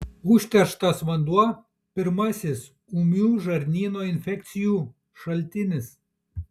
užterštas vanduo pirmasis ūmių žarnyno infekcijų šaltinis